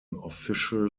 official